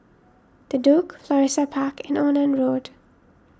the Duke Florissa Park and Onan Road